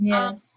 Yes